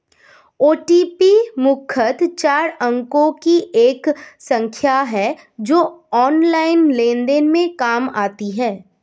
OTP मुख्यतः चार अंकों की एक संख्या है जो ऑनलाइन लेन देन में काम आती है